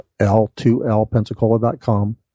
l2lpensacola.com